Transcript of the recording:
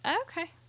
okay